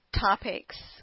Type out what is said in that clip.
topics